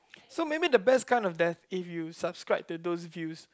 so maybe the best kind of die if you subscribe to those views